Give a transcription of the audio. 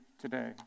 today